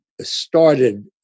started